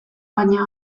baina